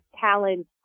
talent